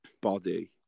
body